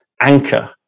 anchor